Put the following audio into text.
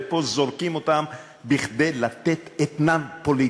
ופה זורקים אותם בכדי לתת אתנן פוליטי.